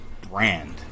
brand